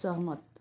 सहमत